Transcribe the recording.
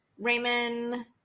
Raymond